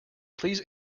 please